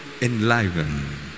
enliven